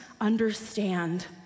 understand